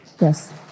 Yes